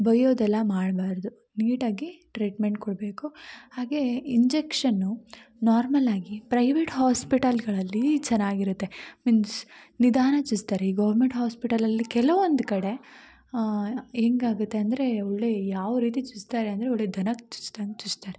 ಬಯ್ಯೋದೆಲ್ಲ ಮಾಡಬಾರ್ದು ನೀಟಾಗಿ ಟ್ರೀಟ್ಮೆಂಟ್ ಕೊಡಬೇಕು ಹಾಗೆ ಇಂಜೆಕ್ಷನ್ ನಾರ್ಮಲ್ಲಾಗಿ ಪ್ರೈವೇಟ್ ಹಾಸ್ಪಿಟಲ್ಗಳಲ್ಲಿ ಚೆನ್ನಾಗಿರುತ್ತೆ ಮೀನ್ಸ್ ನಿಧಾನಕ್ ಚುಚ್ತಾರೆ ಈ ಗೌರ್ಮೆಂಟ್ ಹಾಸ್ಪಿಟಲಲ್ಲಿ ಕೆಲವೊಂದು ಕಡೆ ಹೆಂಗಾಗುತ್ತೆ ಅಂದರೆ ಒಳ್ಳೆ ಯಾವರೀತಿ ಚುಚ್ತಾರೆ ಅಂದರೆ ಒಳ್ಳೆ ದನಕ್ಕೆ ಚುಚ್ದಂಗೆ ಚುಚ್ತಾರೆ